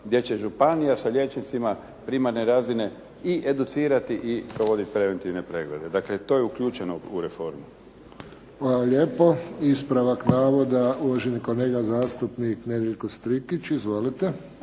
gdje županija sa liječnicima primarne razine i educirati i provoditi preventivne preglede. Dakle, to je uključeno u reformu. **Friščić, Josip (HSS)** Hvala lijepo. Ispravak navoda, uvaženi kolega zastupnik Nedjeljko Strikić. Izvolite.